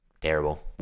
Terrible